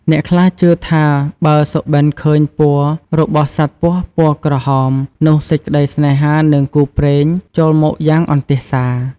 អ្នកខ្លះជឿថា បើសុបិនឃើញពណ៌របស់សត្វពស់ពណ៌ក្រហម នោះសេចក្តីសេ្នហា និងគូព្រេងចូលមកយ៉ាងអន្ទះសា ។